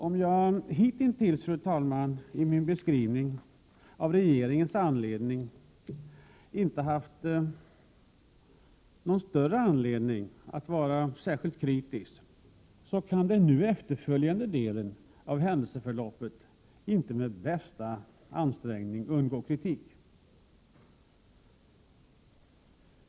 Om jag hitintills, fru talman, i min beskrivning av regeringens handläggning inte haft någon större anledning att vara särskilt kritisk, så kan den nu efterföljande delen av händelseförloppet inte med bästa ansträngning undgå kritik.